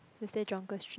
is there Jonker Street